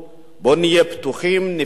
בואו נהיה פתוחים, נפתח את